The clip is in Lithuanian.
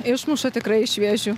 išmuša tikrai iš vėžių